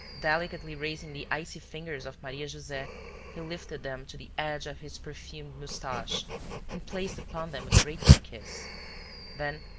delicately raising the icy fingers of maria-jose he lifted them to the edge of his perfumed moustache and placed upon them a grateful kiss then,